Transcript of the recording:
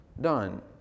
done